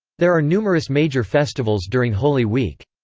there are numerous major festivals during holy week.